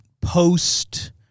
post-